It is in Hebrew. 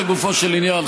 לגופו של עניין,